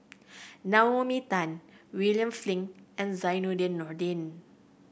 Naomi Tan William Flint and Zainudin Nordin